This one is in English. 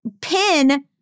pin